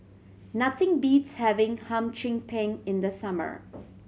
nothing beats having Hum Chim Peng in the summer